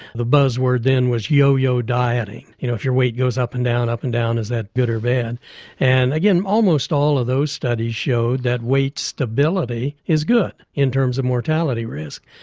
the buzz word then was yo-yo dieting, you know if your weight goes up and down, up and down, is that good or bad and again almost all of those studies showed that weight stability is good in terms of mortality risk.